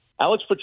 Alex